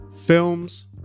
Films